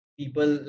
people